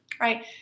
right